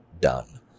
done